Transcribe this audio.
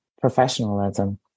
professionalism